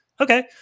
okay